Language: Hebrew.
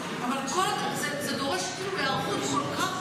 אבל זה דורש היערכות כל כך,